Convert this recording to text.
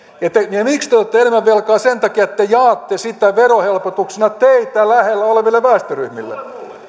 ja miksi te otatte enemmän velkaa sen takia että te jaatte sitä verohelpotuksena teitä lähellä oleville väestöryhmille